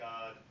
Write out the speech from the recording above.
God